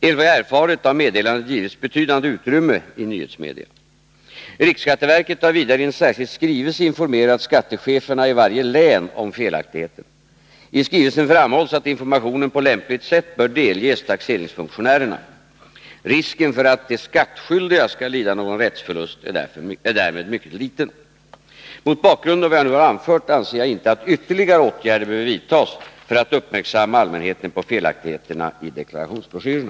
Enligt vad jag erfarit har meddelandet givits betydande utrymme i nyhetsmedia. Riksskatteverket har vidare i en särskild skrivelse informerat skattecheferna i varje län om felaktigheterna. I skrivelsen framhålls att informationen på lämpligt sätt bör delges taxeringsfunktionärerna. Risken för att de skattskyldiga skall lida någon rättsförlust är därmed mycket liten. Mot bakgrund av vad jag nu har anfört anser jag inte att ytterligare åtgärder behöver vidtas för att göra allmänheten uppmärksam på felaktigheterna i deklarationsbroschyrerna.